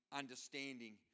understanding